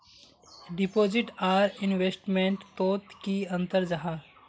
Deposit आर investment तोत की अंतर जाहा?